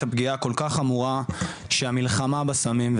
הפגיעה הכל כך חמורה של המלחמה בסמים בהרבה אנשים,